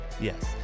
Yes